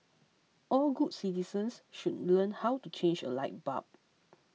all good citizens should learn how to change a light bulb